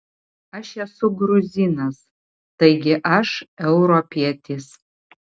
aš esu gruzinas taigi aš europietis